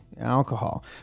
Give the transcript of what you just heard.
alcohol